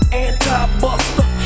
anti-buster